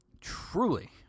Truly